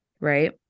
right